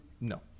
no